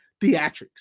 theatrics